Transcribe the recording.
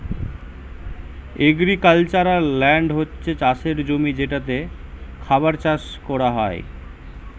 agricultural land হচ্ছে চাষের জমি যেটাতে খাবার চাষ কোরা হয়